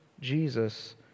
Jesus